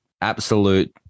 absolute